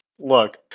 Look